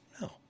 no